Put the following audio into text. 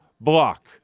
block